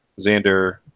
Xander